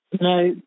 No